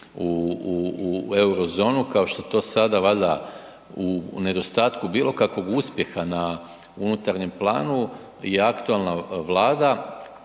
u euro zonu kao što to sada valjda u nedostatku bilo kakvog uspjeha na unutarnjem planu je aktualna Vlada